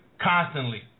constantly